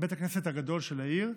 בית הכנסת הגדול של העיר,